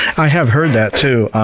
i have heard that too,